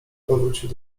powrócił